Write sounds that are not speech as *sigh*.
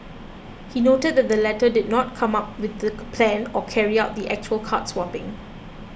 he noted that the latter two did not come up with the *unintelligible* plan or carry out the actual card swapping